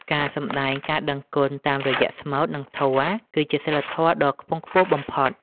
ការសម្ដែងការដឹងគុណតាមរយៈស្មូត និងធម៌ គឺជាសីលធម៌ដ៏ខ្ពង់ខ្ពស់បំផុត។